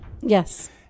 Yes